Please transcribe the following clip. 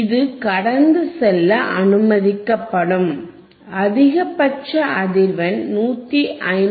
இது கடந்து செல்ல அனுமதிக்கப்படும் அதிகபட்ச அதிர்வெண் 159